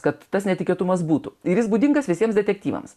kad tas netikėtumas būtų ir jis būdingas visiems detektyvams